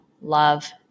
love